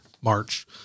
March